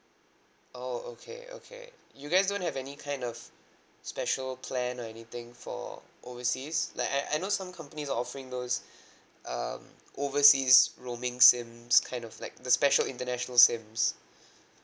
oh okay okay you guys don't have any kind of special plan or anything for overseas like I I know some companies offering those um overseas roaming SIMs kind of like the special international SIMs